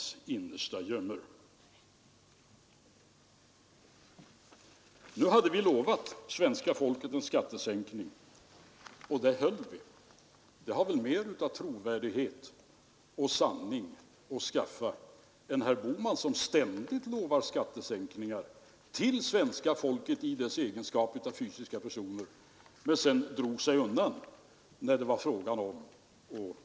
Sitter de fast på sitt lilla ställe, så sitter de där. I det fallet har vi en prioritering. Skall man låta de arbetsmarknadsmässiga kriterierna väga tyngre än de väger i dag, och skall man välja detta före en allmän sänkning av folkpensionsåldern?